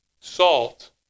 salt